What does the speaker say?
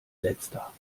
letzter